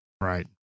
Right